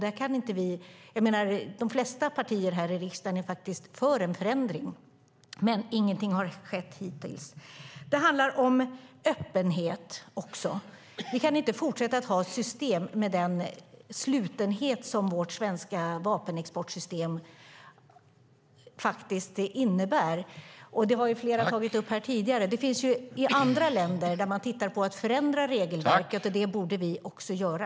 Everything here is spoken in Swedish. De flesta partier här i riksdagen är faktiskt för en förändring, men ingenting har skett hittills. Det handlar också om öppenhet. Vi kan inte fortsätta att ha ett system med den slutenhet vårt svenska vapenexportsystem innebär. Det har flera tagit upp tidigare. Det finns andra länder där man tittar på att förändra regelverket, och det borde vi också göra.